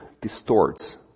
distorts